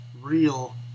real